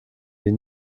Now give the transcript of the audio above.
die